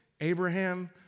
Abraham